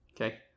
Okay